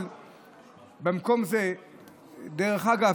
דרך אגב,